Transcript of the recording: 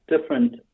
different